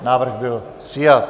Návrh byl přijat.